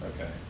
Okay